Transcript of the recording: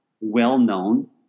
well-known